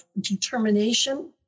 determination